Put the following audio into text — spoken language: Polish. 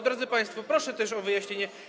Drodzy państwo, proszę o wyjaśnienie.